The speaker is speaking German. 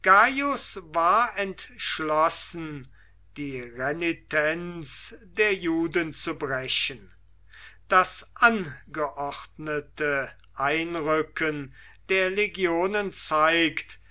war entschlossen die renitenz der juden zu brechen das angeordnete einrücken der legionen zeigt